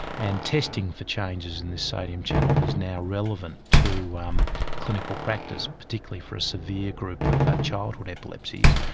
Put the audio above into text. and testing for changes in the sodium channel is now relevant to um clinical practice, particularly for a severe group of ah childhood epilepsies,